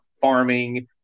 farming